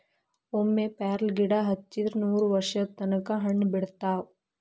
ಒಮ್ಮೆ ಪ್ಯಾರ್ಲಗಿಡಾ ಹಚ್ಚಿದ್ರ ನೂರವರ್ಷದ ತನಕಾ ಹಣ್ಣ ಬಿಡತಾವ